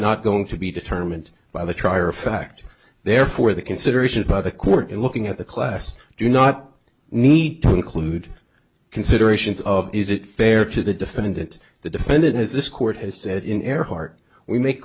not going to be determined by the trier of fact therefore the consideration by the court in looking at the class do not need to include considerations of is it fair to the defendant the defendant as this court has said in ehrhardt we make